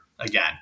Again